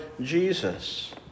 Jesus